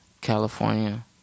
California